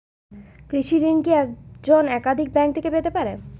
কৃষিঋণ কি একজন একাধিক ব্যাঙ্ক থেকে পেতে পারে?